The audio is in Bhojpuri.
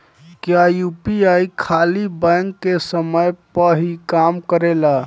क्या यू.पी.आई खाली बैंक के समय पर ही काम करेला?